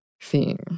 theme